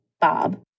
Bob